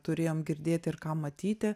turėjom girdėt ir ką matyti